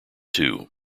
two